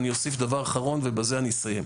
אני אוסיף דבר אחרון, ובזה אני אסיים: